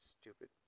stupid